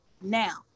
now